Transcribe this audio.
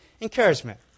encouragement